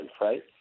right